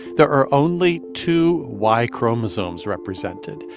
there are only two y chromosomes represented.